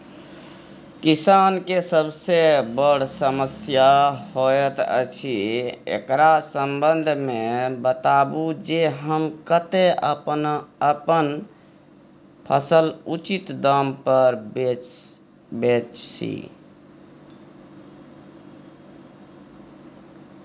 किसान के सबसे बर समस्या होयत अछि, एकरा संबंध मे बताबू जे हम कत्ते अपन फसल उचित दाम पर बेच सी?